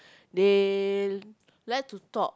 they like to talk